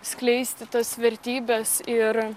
skleisti tas vertybes ir